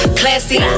classy